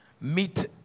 meet